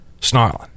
snarling